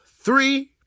three